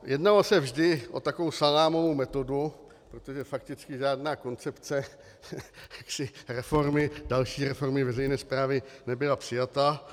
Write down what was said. Jednalo se vždy o takovou salámovou metodu, protože fakticky žádná koncepce či reformy, další reformy veřejné správy nebyla přijata.